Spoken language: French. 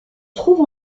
trouve